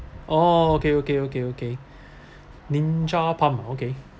oh okay okay okay okay ninja pump okay